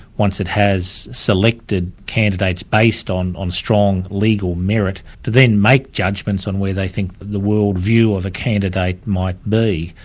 once it has selected candidates based on on strong legal merit, to then make judgments on where they think the world view of a candidate might be.